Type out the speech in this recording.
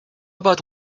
about